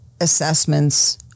assessments